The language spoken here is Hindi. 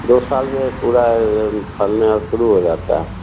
दो साल में पूरा फलना शुरू हो जाता है